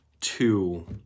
Two